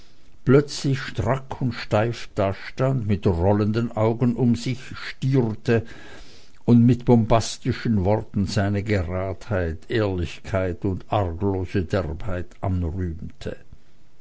plötzlich strack und steif dastand mit rollenden augen um sich stierte und mit bombastischen worten seine gradheit ehrlichkeit und arglose derbheit anrühmte